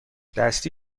دستی